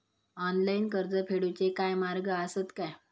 Online कर्ज फेडूचे काय मार्ग आसत काय?